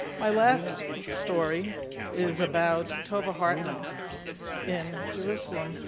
my last story is about tova hartman in jerusalem,